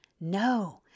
No